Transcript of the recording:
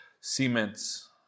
cements